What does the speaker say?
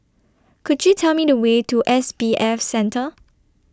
Could YOU Tell Me The Way to S B F Center